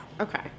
Okay